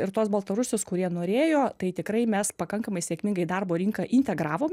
ir tuos baltarusius kurie norėjo tai tikrai mes pakankamai sėkmingai į darbo rinką integravom